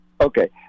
Okay